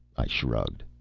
i shrugged.